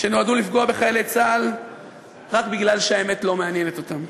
שנועדו לפגוע בחיילי צה"ל רק כי האמת לא מעניינת אותו.